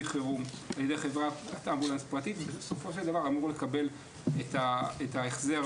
חירום על-ידי חברת אמבולנס פרטית ובסופו של דבר אמור לקבל את ההחזר.